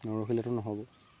নৰখিলেতো নহ'ব